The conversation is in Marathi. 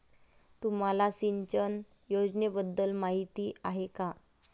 तुम्हाला सिंचन योजनेबद्दल माहिती आहे का?